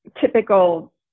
typical